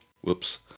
Whoops